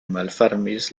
malfermis